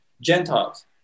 Gentiles